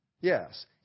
Yes